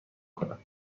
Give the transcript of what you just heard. کنم